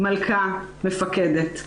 "מלכה" ו"מפקדת".